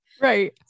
Right